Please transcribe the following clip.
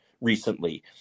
recently